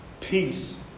peace